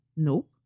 Nope